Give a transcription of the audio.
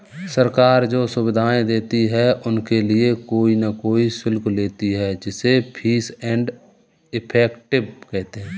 सरकार जो सुविधाएं देती है उनके लिए कोई न कोई शुल्क लेती है जिसे फीस एंड इफेक्टिव कहते हैं